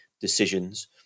decisions